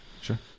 Sure